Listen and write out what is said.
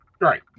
right